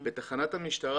הקצין בתחנת המשטרה